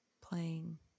Playing